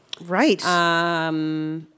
Right